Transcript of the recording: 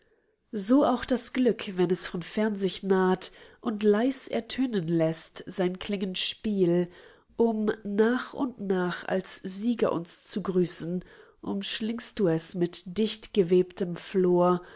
so auch das glück wenn es von fern sich naht und leis ertönen läßt sein klingend spiel um nach und nach als sieger uns zu grüßen umschlingst du es mit dichtgewebtem flor